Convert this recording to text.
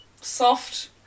soft